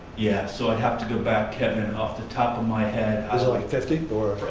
yeah so i'd have to go back, kevin, and off the top of my head. is it like fifty or.